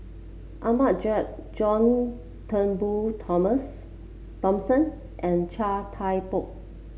Ahmad Jais John Turnbull Toms Thomson and Chia Thye Poh